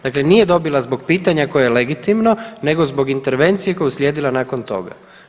Dakle nije dobila zbog pitanja koje je legitimno nego zbog intervencije koja je uslijedila nakon toga.